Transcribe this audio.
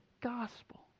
gospel